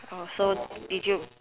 so did you